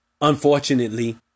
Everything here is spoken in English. Unfortunately